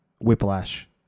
Whiplash